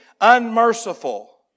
unmerciful